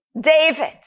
David